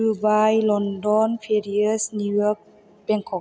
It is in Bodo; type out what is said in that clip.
Dubai London Paris New York Bangkok